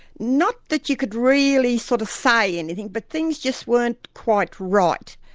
not that you could really sort of say anything, but things just weren't quite right,